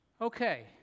Okay